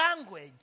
language